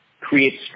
creates